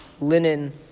linen